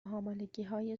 حاملگیهای